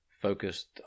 focused